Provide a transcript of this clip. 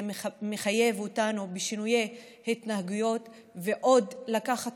זה מחייב אותנו לשינוי התנהגות ולקחת